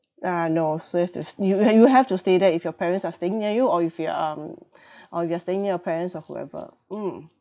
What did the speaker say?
uh no so you've to you you you have to stay there if your parents are staying near you or if you are um or you are staying near your parents or whoever mm